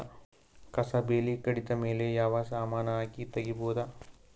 ಕಸಾ ಬೇಲಿ ಕಡಿತ ಮೇಲೆ ಯಾವ ಸಮಾನ ಹಾಕಿ ತಗಿಬೊದ?